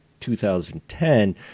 2010